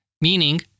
meaning